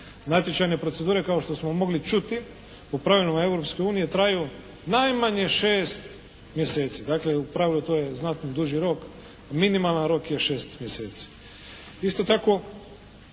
Natječajne procedure kao što smo mogli čuti po pravilima Europske unije traju najmanje 6 mjeseci. Dakle u pravilu to je znatno duži rok. Minimalni rok je 6 mjeseci. Isto tako